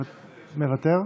מוותר,